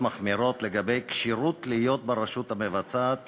מחמירות לגבי כשירות להיות ברשות המבצעת